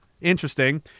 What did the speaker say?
Interesting